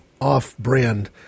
off-brand